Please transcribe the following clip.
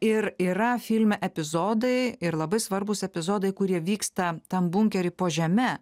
ir yra filme epizodai ir labai svarbūs epizodai kurie vyksta tam bunkery po žeme